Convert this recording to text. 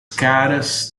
caras